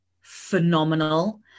phenomenal